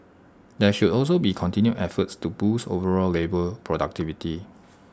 there should also be continued efforts to boost overall labour productivity